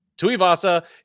Tuivasa